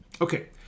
Okay